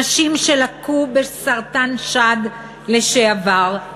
נשים שלקו בסרטן שד לשעבר.